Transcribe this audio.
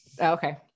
Okay